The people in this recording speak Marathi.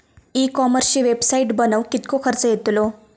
ई कॉमर्सची वेबसाईट बनवक किततो खर्च येतलो?